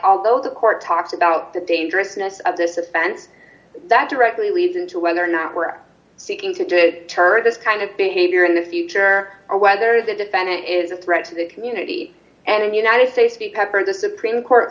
although the court talks about the dangerousness of this offense that directly leads d into whether or not we're seeking to target the kind of behavior in the future or whether the defendant is a threat to the community and in united states be peppered the supreme court